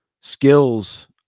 skills